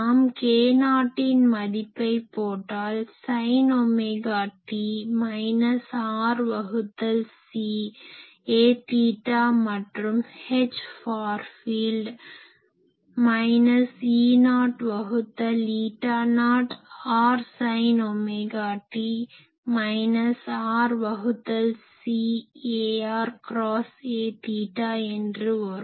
நாம் k0இன் மதிப்பை போட்டால் sine omega t minus r வகுத்தல் c aதீட்டா மற்றும் H far field minus E0 வகுத்தல் eta naught r sine omega t minus r வகுத்தல் c ar க்ராஸ் aθ என்று வரும்